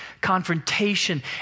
confrontation